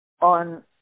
on